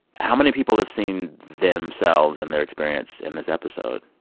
how many people have seen themselves and their experience in this episode?